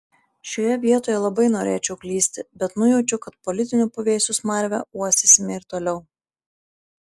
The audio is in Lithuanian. šioje vietoje labai norėčiau klysti bet nujaučiu kad politinių puvėsių smarvę uostysime ir toliau